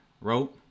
wrote